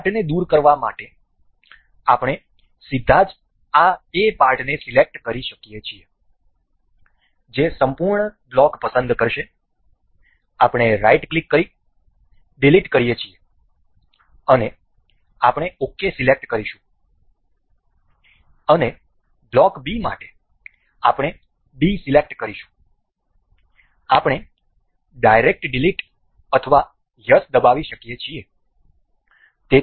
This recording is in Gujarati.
આ પાર્ટને દૂર કરવા માટે આપણે સીધા જ આ A પાર્ટને સિલેક્ટ કરી શકીએ છીએ જે સંપૂર્ણ બ્લોક પસંદ કરશે અને આપણે રાઈટ ક્લિક કરી ડીલીટ કરીએ છીએ અને આપણે ok સિલેક્ટ કરીશું અને બ્લોક B માટે આપણે B સિલેક્ટ કરીશું અને આપણે ડાયરેક્ટ ડિલીટ અથવા યસ દબાવી શકીએ છીએ